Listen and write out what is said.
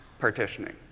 partitioning